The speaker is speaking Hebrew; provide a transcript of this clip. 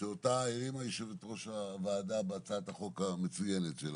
שאותה הרימה יושבת-ראש הוועדה בהצעת החוק המצוינת שלה,